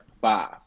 Five